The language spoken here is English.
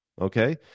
okay